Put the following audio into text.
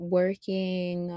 working